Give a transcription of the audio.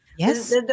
Yes